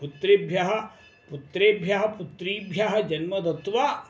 पुत्रेभ्यः पुत्रेभ्यः पुत्रीभ्यः जन्म दत्वा